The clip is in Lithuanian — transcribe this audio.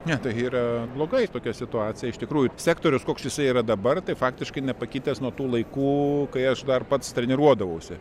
ne tai yra blogai tokia situacija iš tikrųjų sektorius koks jisai yra dabar tai faktiškai nepakitęs nuo tų laikų kai aš dar pats treniruodavausi